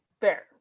Fair